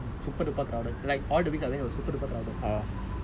like like because right the first two weeks I went was like